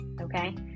okay